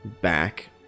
back